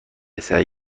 سعی